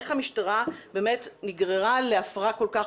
איך המשטרה באמת נגררה להפרה כל כך